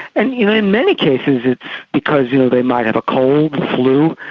and you know in many cases it's because you know they might have a cold, the flu,